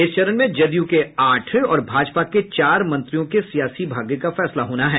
इस चरण में जदयू के आठ और भाजपा के चार मंत्रियों के सियासी भाग्य का फैसला होना है